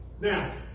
Now